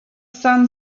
sun